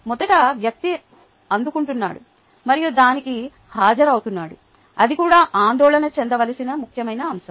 మొదట వ్యక్తి అందుకుంటున్నాడు మరియు దానికి హాజరవుతున్నాడు అది కూడా ఆందోళన చెందవలసిన ముఖ్యమైన అంశం